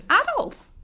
Adolf